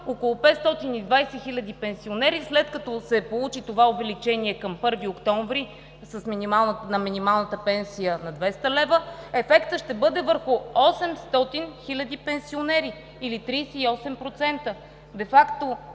около 520 хил. пенсионери, след като се получи това увеличение към 1 октомври на минималната пенсия на 200 лв., ефектът ще бъде върху 800 хил. пенсионери, или 38%.